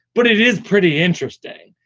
but it is pretty interesting,